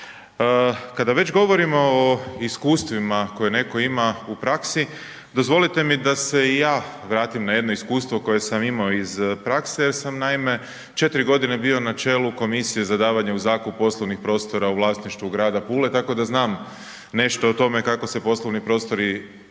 Kada već govorimo o iskustvima koje netko ima u praksi dozvolite mi da se i ja vratim na jedno iskustvo koje sam imao iz prakse jer sam naime 4 godine bio na čelu komisije za davanje u zakup poslovnih prostora u vlasništvu grada Pule tako da znam nešto o tome kako se poslovni prostori